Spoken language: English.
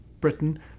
Britain